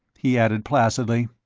he added placidly.